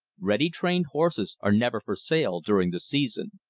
ready-trained horses are never for sale during the season.